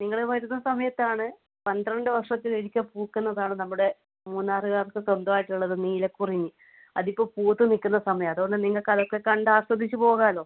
നിങ്ങൾ വരുന്ന സമയത്താണ് പന്ത്രണ്ട് വർഷത്തിലൊരിക്കൽ പൂക്കുന്നതാണ് നമ്മുടെ മൂന്നാറുകാർക്ക് സ്വന്തമായിട്ടുള്ളത് നീലക്കുറിഞ്ഞി അതിപ്പോൾ പൂത്ത് നിൽക്കുന്ന സമയമാണ് അതുകൊണ്ട് നിങ്ങൾക്കതൊക്കെ കണ്ടാസ്വദിച്ച് പോകാലോ